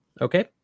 Okay